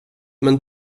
men